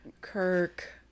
kirk